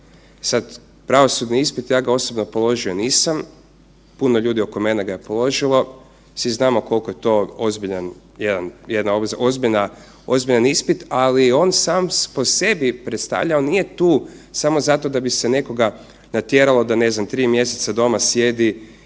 Sad, pravosudni ispit ja ga osobno položio nisam, puno ljudi oko mene ga je položilo, svi znamo koliko je to jedan ozbiljan ispit, ali on sam po sebi predstavlja, nije tu samo zato da bi se nekoga natjeralo ne znam tri mjeseca doma sjedi